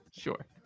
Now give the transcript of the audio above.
sure